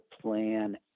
plan